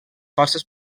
forces